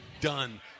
done